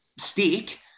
Stick